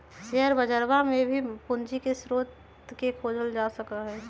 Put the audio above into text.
share बजरवा में भी पूंजी के स्रोत के खोजल जा सका हई